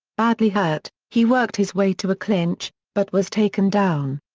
badly hurt, he worked his way to a clinch, but was taken down.